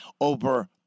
over